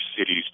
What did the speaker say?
cities